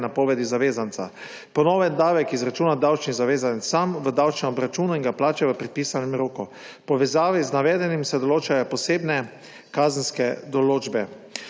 napovedi zavezanca. Po novem davek izračuna davčnih zavezanec sam v davčnem obračunu in ga plača v predpisanem roku. V povezavi z navedenim se določajo posebne kazenske določbe.